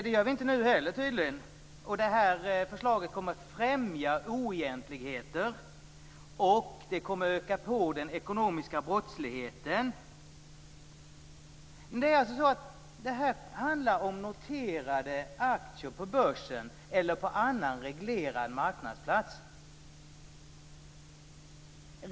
Det gör vi tydligen inte nu heller. Förslaget kommer att främja oegentligheter och det kommer att öka på den ekonomiska brottsligheten. Det här handlar om noterade aktier på börsen eller på annan reglerad marknadsplats.